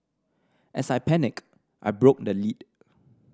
as I panicked I broke the lid